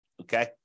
okay